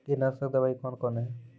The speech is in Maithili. कीटनासक दवाई कौन कौन हैं?